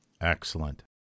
Excellent